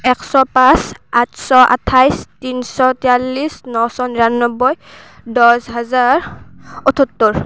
একশ পাঁচ আঠশ আঠাইছ তিনশ তিয়াল্লিছ নশ নিৰানব্বৈ দছ হাজাৰ অঠসত্তৰ